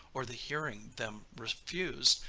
or the hearing them refused,